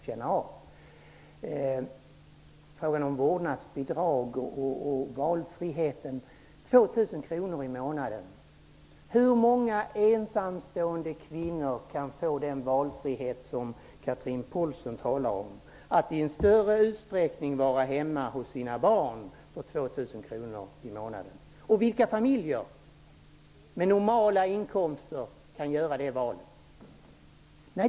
När det gäller frågan om vårdnadsbidrag och valfrihet undrar jag hur många ensamstående kvinnor som kan få den valfrihet som Chatrine Pålsson talar om, att i större utsträckning vara hemma hos sina barn för 2 000 kronor i månaden. Vilka familjer med normala inkomster kan göra det valet?